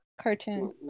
Cartoon